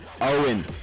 Owen